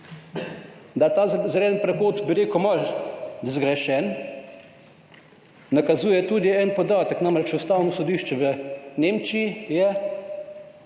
je ta zeleni prehod, bi rekel, malo zgrešen, nakazuje tudi en podatek, namreč, ustavno sodišče v Nemčiji